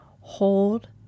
Hold